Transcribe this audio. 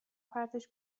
پرتش